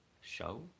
show